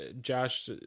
Josh